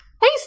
Hey